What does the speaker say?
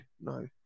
no